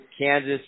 Kansas